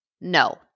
no